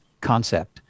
concept